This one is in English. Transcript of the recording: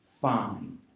fine